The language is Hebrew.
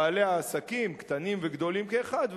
בעלי עסקים קטנים וגדולים כאחד,